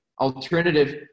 alternative